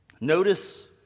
Notice